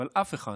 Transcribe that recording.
אבל אף אחד